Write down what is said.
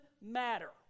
matter